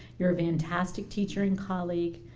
you're a fantastic teacher and colleague.